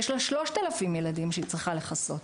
יש לה 3,000 ילדים שהיא צריכה לכסות,